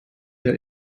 der